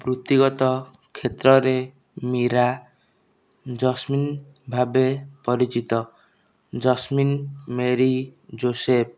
ବୃତ୍ତିଗତ କ୍ଷେତ୍ରରେ ମିୀରା ଜସ୍ମିନ୍ ଭାବେ ପରିଚିତ ଜସ୍ମିନ୍ ମେରୀ ଜୋସେଫ୍